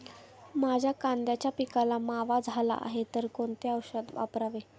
माझ्या कांद्याच्या पिकाला मावा झाला आहे तर कोणते औषध वापरावे?